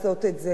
תודה רבה.